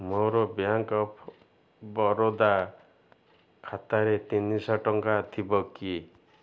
ମୋର bank of Baroda ଖାତାରେ ତିନିଶହ ଟଙ୍କା ଥିବ କି